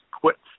quits